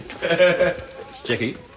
Jackie